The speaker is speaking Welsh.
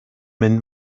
mynd